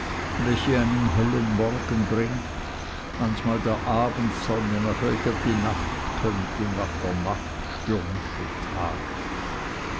welche einen hellen tag bringt manchmal der abendsonne nach welcher die nacht kömmt und nach der nacht stürmische tage